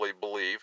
believe